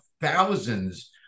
thousands